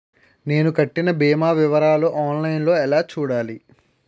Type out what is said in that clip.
నేను కట్టిన భీమా వివరాలు ఆన్ లైన్ లో ఎలా చూడాలి?